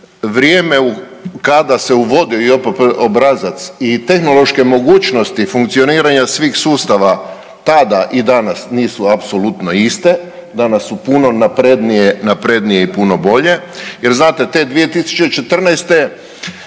Vrijeme kada se uvodi JOPPD obrazac i tehnološke mogućnosti funkcioniranja svih sustava tada i danas nisu apsolutno iste, danas su puno naprednije, naprednije i puno bolje. Jer znate te 2014.